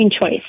choice